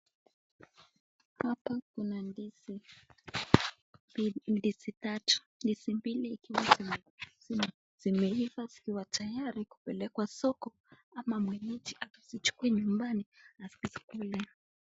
Hapa kuna ndizi. ndizi tatu. Ndizi mbili zikiwa zimeiva zikiwa tayari kupelekwa soko ama mwenyeji akazichukue nyumbani alafu zikule.